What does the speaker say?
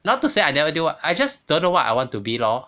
not to say I never knew what I just don't know what I want to be lor